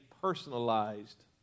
personalized